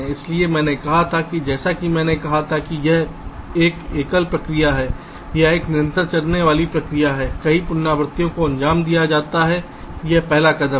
इसलिए मैंने कहा था जैसा कि मैंने कहा था कि यह एक एकल प्रक्रिया नहीं है यह एक निरंतर चलने वाली प्रक्रिया है कई पुनरावृत्तियों को अंजाम दिया जाता है यह पहला कदम है